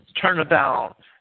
turnabout